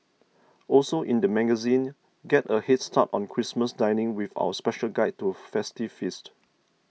also in the magazine get a head start on Christmas dining with our special guide to festive feasts